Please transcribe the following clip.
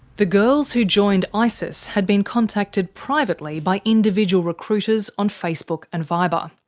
the girls who joined isis had been contacted privately by individual recruiters on facebook and viber.